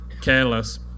careless